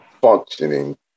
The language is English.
functioning